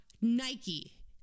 Nike